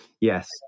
Yes